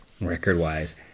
record-wise